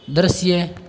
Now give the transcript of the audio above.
दृश्य